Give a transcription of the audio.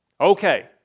Okay